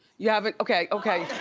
you haven't, okay, okay.